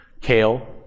kale